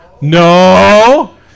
No